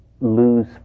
lose